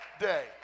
day